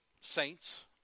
saints